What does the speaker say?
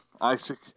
Isaac